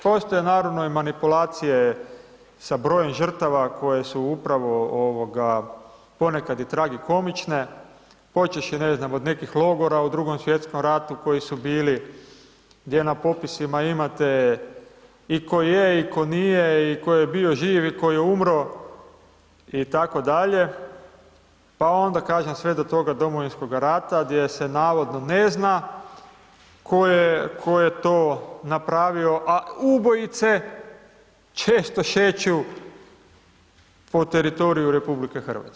Postoje naravno i manipulacije sa brojem žrtava koje su upravo ponekad i tragikomične počevši, ne znam, od nekih logora u Drugom svjetskom ratu koji su bili gdje na popisima imate i ko je i ko nije i ko je bio živ i ko je umro itd., pa onda kažem sve do toga Domovinskog rata gdje se navodno ne zna ko je to napravio, a ubojice često šeću po teritoriju RH.